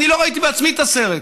אני לא ראיתי בעצמי את הסרט,